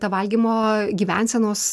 ta valgymo gyvensenos